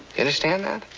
understand that?